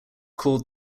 called